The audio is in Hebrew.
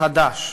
חדש.